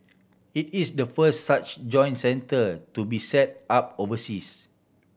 it is the first such join centre to be set up overseas